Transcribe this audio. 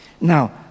Now